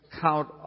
count